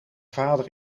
vader